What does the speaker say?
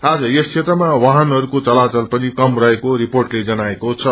आज यस क्षेत्रमा वाहनहरूको चलावल पनि कम रहेको रिपोटले जनाएको छ